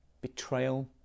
betrayal